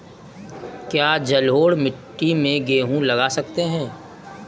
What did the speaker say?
क्या जलोढ़ मिट्टी में गेहूँ लगा सकते हैं?